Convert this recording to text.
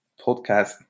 podcast